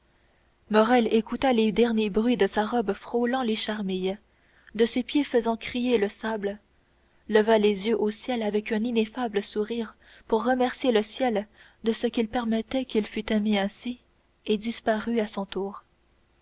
morrel écouta les derniers bruits de sa robe frôlant les charmilles de ses pieds faisant crier le sable leva les yeux au ciel avec un ineffable sourire pour remercier le ciel de ce qu'il permettait qu'il fût aimé ainsi et disparut à son tour